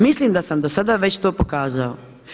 Mislim da sam do sada već to pokazao.